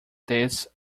this